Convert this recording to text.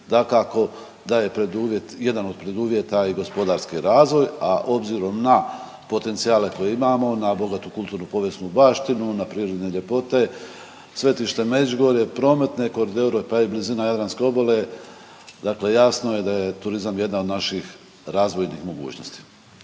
je preduvjet, jedan od preduvjeta i gospodarski razvoj, a obzirom na potencijale koje imamo, na bogatu kulturnu, povijesnu baštinu, na prirodne ljepote, svetište Međugorje, prometne koridore pa i blizina jadranske obale, dakle jasno je da je turizam jedna od naših razvojnih mogućnosti.